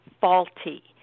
faulty